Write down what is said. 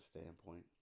standpoint